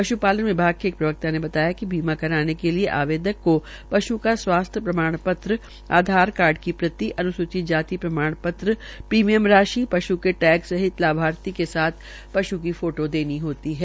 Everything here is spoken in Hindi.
पश्पालन विभाग के एक प्रवक्ता ने बताया कि बीमा कराने के लिये आवेदक का पश् का स्वास्थ्य प्रमाण पत्र आधार कार्ड की प्रति अन्सूचित जाति का प्रमाण पत्र प्रीमियम राशि के टैग सहित लाभार्थी के साथ पश् की फोटो देनी होती है